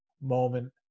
moment